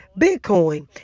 Bitcoin